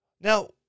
Now